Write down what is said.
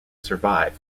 survive